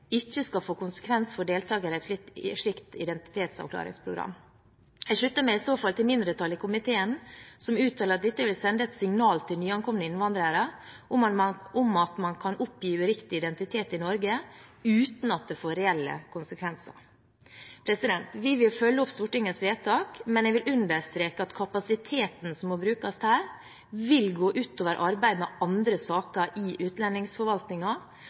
ikke skal få konsekvens for deltakere i et slikt identitetsavklaringsprogram. Jeg slutter meg å så fall til mindretallet i komiteen, som uttaler at dette vil «sende et signal til nyankomne innvandrere om at man kan oppgi uriktig identitet i Norge uten at det får reelle konsekvenser». Vi vil følge opp Stortingets vedtak, men jeg vil understreke at kapasiteten som må brukes her, vil gå ut over arbeidet med andre saker i